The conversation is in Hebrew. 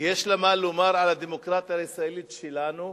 יש לה מה לומר על הדמוקרטיה הישראלית שלנו,